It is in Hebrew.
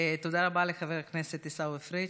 תודה רבה לחבר הכנסת עיסאווי פריג'.